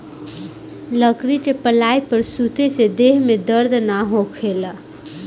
लकड़ी के पलाई पर सुते से देह में दर्द ना होखेला